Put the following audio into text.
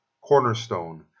Cornerstone